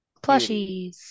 Plushies